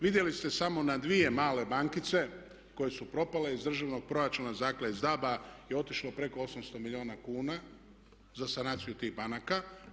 Vidjeli ste samo na dvije male bankice koje su propale iz državnog proračuna dakle iz DAB-a je otišlo je preko 800 milijuna kuna za sanaciju tih banaka.